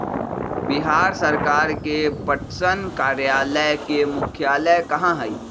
बिहार सरकार के पटसन कार्यालय के मुख्यालय कहाँ हई?